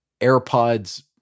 AirPods